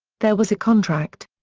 there was a contract.